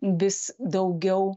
vis daugiau